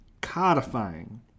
codifying